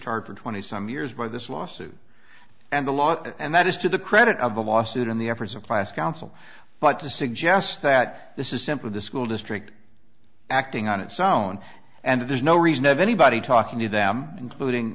hard for twenty some years by this lawsuit and the law and that is to the credit of the lawsuit and the efforts of class council but to suggest that this is simply the school district acting on its own and there's no reason of anybody talking to them including